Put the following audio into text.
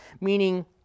meaning